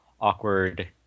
awkward